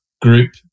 group